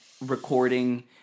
recording